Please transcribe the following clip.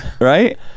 right